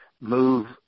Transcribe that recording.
move